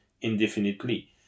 indefinitely